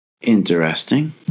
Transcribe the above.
Interesting